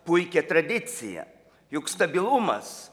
puikią tradiciją juk stabilumas